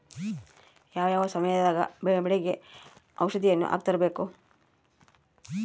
ಯಾವ ಯಾವ ಸಮಯದಾಗ ಬೆಳೆಗೆ ಔಷಧಿಯನ್ನು ಹಾಕ್ತಿರಬೇಕು?